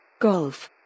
Golf